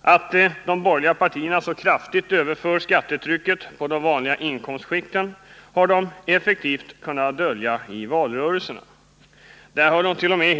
Att de borgerliga partierna så kraftigt överför skattetrycket på de vanliga inkomstskikten har de effektivt kunnat dölja i valrörelserna. Där har det.o.m.